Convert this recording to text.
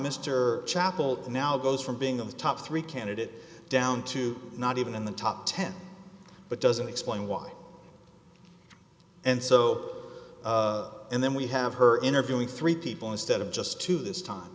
mr chapel now goes from being the top three candidate down to not even in the top ten but doesn't explain why and so and then we have her interviewing three people instead of just two this